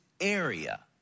area